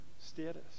status